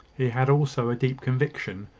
he had also a deep conviction,